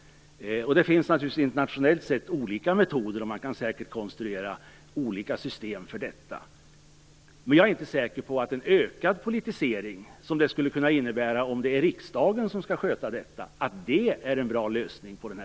Det finns naturligtvis internationellt sett olika metoder, och man kan säkert konstruera olika system för detta. Men jag är inte säker på att en ökad politisering, som det skulle kunna innebära om riksdagen skall sköta detta, är en bra lösning på frågan.